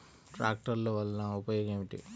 ట్రాక్టర్లు వల్లన ఉపయోగం ఏమిటీ?